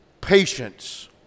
patience